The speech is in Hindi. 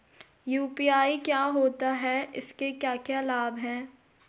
यु.पी.आई क्या होता है इसके क्या क्या लाभ हैं?